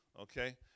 Okay